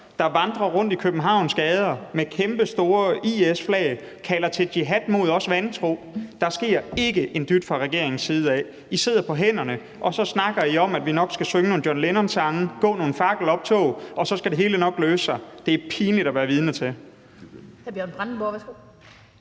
der vandrer rundt i Københavns gader med kæmpestore IS-flag og kalder til jihad mod os vantro. Der sker ikke en dyt fra regeringens side. I sidder på hænderne, og så snakker I om, at vi nok skal synge nogle John Lennon-sange og gå nogle fakkeloptog, og så skal det hele nok løse sig. Det er pinligt at være vidne til.